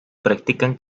practican